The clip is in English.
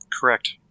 Correct